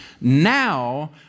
now